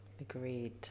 Agreed